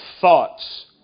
thoughts